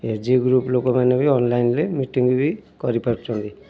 ଏ G group ଲୋକମାନେ ବି ଅନଲାଇନ୍ରେ ମିଟିଙ୍ଗ୍ ବି କରିପାରୁଛନ୍ତି